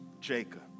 Jacob